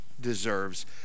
deserves